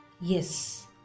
Yes